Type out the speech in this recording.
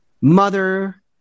mother